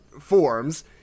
forms